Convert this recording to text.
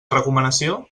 recomanació